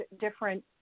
different